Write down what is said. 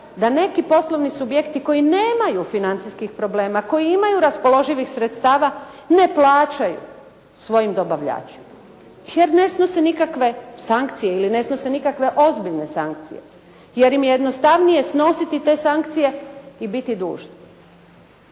da neki poslovni subjekti koji nemaju financijskih problema, koji imaju raspoloživih sredstava ne plaćaju svojim dobavljačima, jer ne snose nikakve sankcije, ili ne snose nikakve ozbiljne sankcije, jer im je jednostavnije snositi te sankcije i biti dužan.